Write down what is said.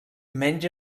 menys